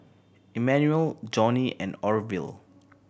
Immanuel Johnny and Orvil